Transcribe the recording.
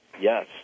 Yes